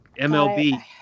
MLB